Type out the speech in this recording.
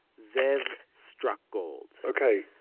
zev stuck gold ok,